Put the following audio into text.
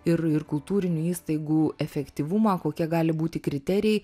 ir ir kultūrinių įstaigų efektyvumą kokie gali būti kriterijai